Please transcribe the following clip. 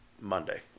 Monday